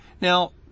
Now